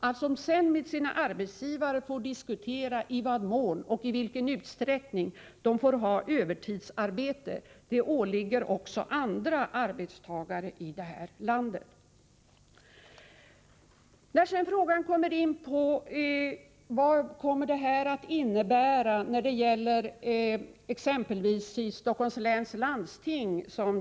Att med sin arbetsgivare få diskutera om och i vilken utsträckning övertidsarbete kan tillåtas är någonting som åligger också andra arbetstagare i det här landet. Sedan till frågan vad det här kommer att innebära exempelvis när det gäller Stockholms läns landsting.